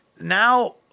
Now